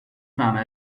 فهمه